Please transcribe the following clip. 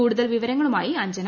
കൂടുതൽ വിവരങ്ങളുമായി അഞ്ജന